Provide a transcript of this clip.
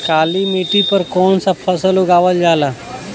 काली मिट्टी पर कौन सा फ़सल उगावल जाला?